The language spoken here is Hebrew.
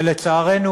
ולצערנו,